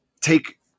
take